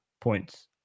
points